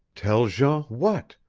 tell jean what?